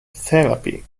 therapy